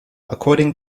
according